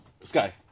Sky